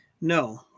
No